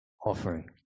offering